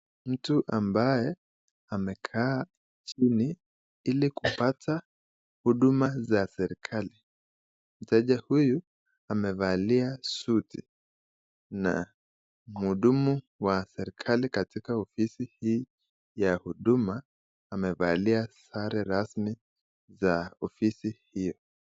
Mtu ambaye amekaa chini ili kupata huduma za serikali. Mteja huyu amevakia suti, na mhudumu wa serikali katika ofisi hii ya huduma, amevalia sare rasmi za ofisi hiyo.